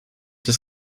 des